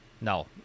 No